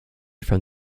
from